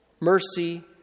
mercy